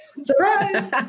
surprise